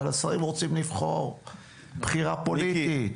אבל השרים רוצים לבחור בחירה פוליטית.